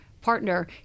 partner